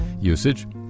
usage